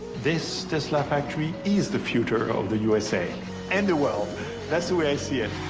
this tesla factory is the future of the usa and the world that's the way i see it.